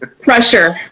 Pressure